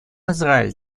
израиль